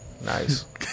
Nice